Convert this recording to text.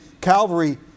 Calvary